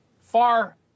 far